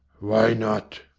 why not?